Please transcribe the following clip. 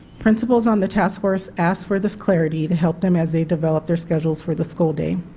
principals on the task force ask for this clarity to help them as they develop their schedules for the school day.